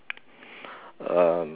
uh